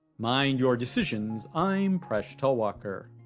mind your decisions, i'm presh talwalkar.